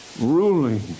ruling